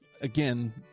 again